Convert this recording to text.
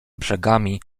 brzegami